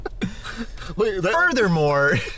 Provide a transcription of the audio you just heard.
Furthermore